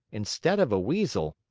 instead of a weasel,